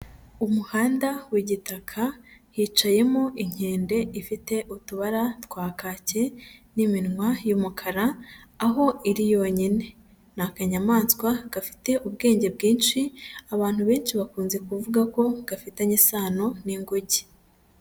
Umuhanda w'igitaka hicayemo inkende ifite utubara twa kake n'iminwa y'umukara, aho iri yonyine. Ni akanyamaswa gafite ubwenge bwinshi abantu benshi bakunze kuvuga ko gafitanye isano n'inguge.